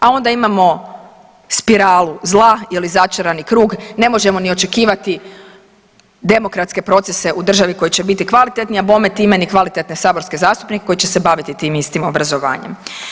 A onda imamo spiralu zla ili začarani krug, ne možemo ni očekivati demokratske procese u državi koji će biti kvalitetni, a bome, time ni kvalitetne saborske zastupnike koji će se baviti tim istim obrazovanjem.